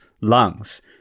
lungs